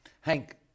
Hank